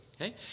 okay